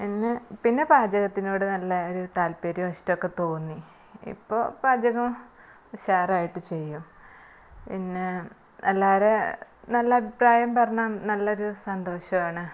പിന്നെ പിന്നെ പാചകത്തിനോട് നല്ല ഒരു താല്പര്യവും ഇഷ്ടമൊക്കെ തോന്നി ഇപ്പോൾ പാചകം ഉഷാറായിട്ട് ചെയ്യും പിന്നെ എല്ലാവരും നല്ല അഭിപ്രായം പറഞ്ഞ നല്ല ഒരു സന്തോഷമാണ്